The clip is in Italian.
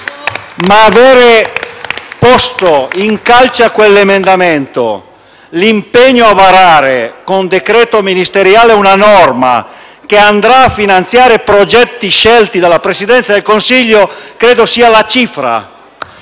Aver posto in calce a quell'emendamento l'impegno a varare con decreto ministeriale una norma, che andrà a finanziare progetti scelti dalla Presidenza del Consiglio, credo sia la cifra